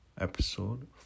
Episode